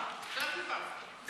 עכשיו דיברת.